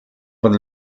von